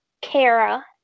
Kara